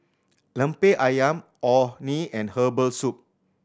Lemper Ayam Orh Nee and herbal soup